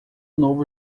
novo